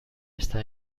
está